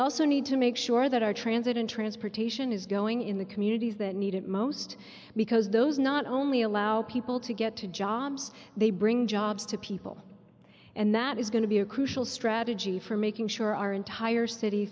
also need to make sure that our transit and transportation is going in the communities that need it most because those not only allow people to get to jobs they bring jobs to people and that is going to be a crucial strategy for making sure our entire city